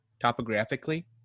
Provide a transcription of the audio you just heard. topographically